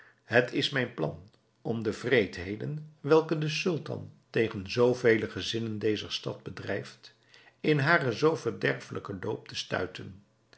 het is mijn plan om de wreedheden welke de sultan tegen zoo vele gezinnen dezer stad bedrijft in haren zoo verderfelijken loop te stuiten